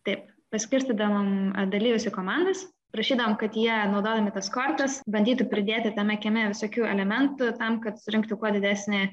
taip paskirstydavom dalyvius į komandas prašydavom kad jie naudodami tas kortas bandytų pridėti tame kieme visokių elementų tam kad surinktų kuo didesnį